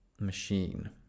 machine